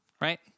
Right